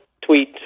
tweet